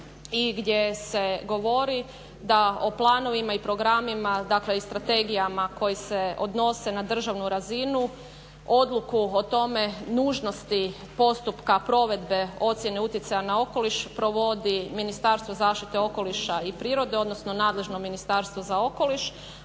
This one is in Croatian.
i gdje se govori da o planovima i programima, dakle i strategijama koje se odnose na državnu razinu odluku o tome nužnosti postupka provedbe ocjene utjecaja na okoliš provodi Ministarstvo zaštite okoliša i prirode, odnosno nadležno Ministarstvo za okoliš